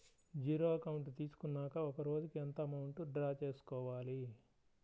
Zero account తీసుకున్నాక ఒక రోజుకి ఎంత అమౌంట్ డ్రా చేసుకోవాలి?